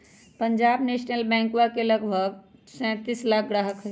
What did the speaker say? Punjab national बैंकवा के लगभग सैंतीस लाख ग्राहक हई